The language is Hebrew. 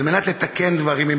כדי לתקן דברים,